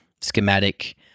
schematic